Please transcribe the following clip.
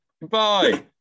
Goodbye